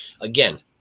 again